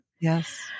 Yes